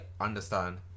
understand